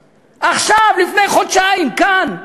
עכשיו, לפני חודשיים, כאן,